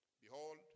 Behold